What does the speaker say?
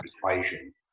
equation